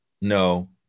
no